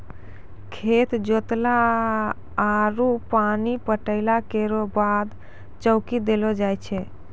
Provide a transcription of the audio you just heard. खेत जोतला आरु पानी पटैला केरो बाद चौकी देलो जाय छै?